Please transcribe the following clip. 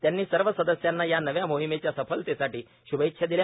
त्यांनी सर्व सदस्यांना या नव्या मोहिमेच्या सफलतेसाठी गुमेच्छा दिल्या